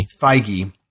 Feige